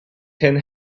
ten